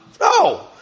No